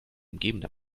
umgebende